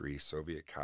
Soviet